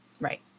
Right